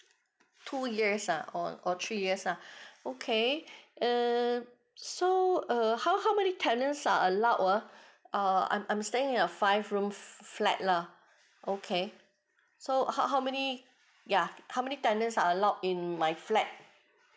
two years ah or or three years lah okay err so err how how many tenant are allow err ah I'm I'm staying in a five room flat lah okay so how how many ya how many tenant are allowed in my flat